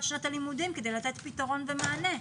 שנת הלימודים כדי לתת פתרון ומענה.